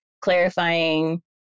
clarifying